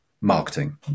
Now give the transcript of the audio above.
marketing